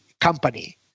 company